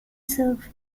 surf